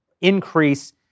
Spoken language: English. increase